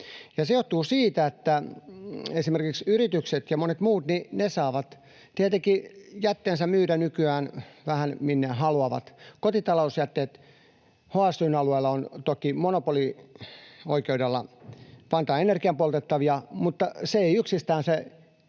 se johtuu siitä, että esimerkiksi yritykset ja monet muut saavat tietenkin jätteensä myydä nykyään vähän minne haluavat. Kotitalousjätteet HSY:n alueella ovat toki monopolioikeudella Vantaan Energian poltettavia, mutta se kotitalousjäte